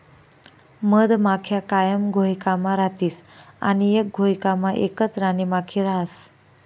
मधमाख्या कायम घोयकामा रातीस आणि एक घोयकामा एकच राणीमाखी रहास